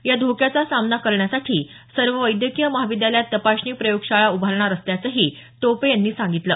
या धोक्याचा सामना करण्यासाठी सर्व वैद्यकीय महाविद्यालयात तपासणी प्रयोगशाळा उभारणार असल्याचंही टोपे यांनी सांगितलं